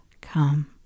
come